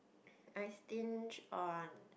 I stinge on